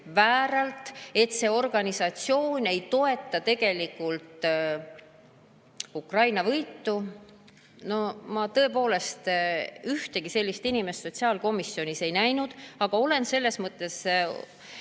vääralt, et see organisatsioon ei toeta tegelikult Ukraina võitu? No ma tõepoolest ühtegi sellist inimest sotsiaalkomisjonis ei näinud. Ma olen selles mõttes